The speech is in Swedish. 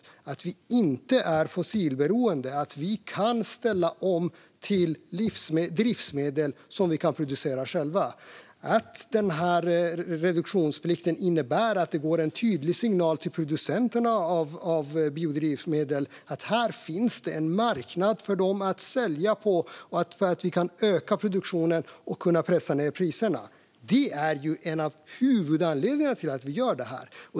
Det handlar om att vi inte är fossilberoende och kan ställa om till drivmedel som vi kan producera själva. Reduktionsplikten innebär att det går en tydlig signal till producenterna av biodrivmedel. Här finns det en marknad för dem att sälja på så att vi kan öka produktionen och pressa ned priserna. Det är en av huvudanledningarna till att vi gör detta.